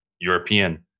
European